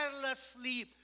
carelessly